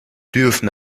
dürfen